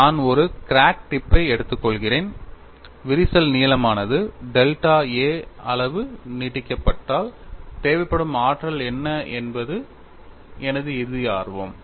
நான் ஒரு crack tip பை எடுத்துக்கொள்கிறேன் விரிசல் நீளமானது டெல்டா a அளவு நீட்டிக்கப்பட்டால் தேவைப்படும் ஆற்றல் என்ன என்பது எனது இறுதி ஆர்வமாகும்